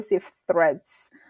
threats